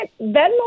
venmo